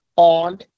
on